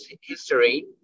history